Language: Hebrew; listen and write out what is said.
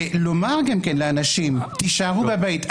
לומר לאנשים תישארו בבית,